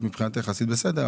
מבחינתך עשית בסדר,